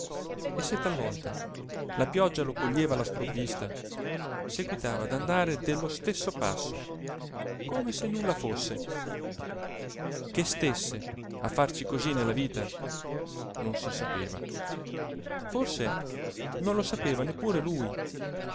e se talvolta la pioggia lo coglieva alla sprovvista seguitava ad andare dello stesso passo come se nulla fosse che stésse a farci cosí nella vita non si sapeva forse non lo sapeva neppur lui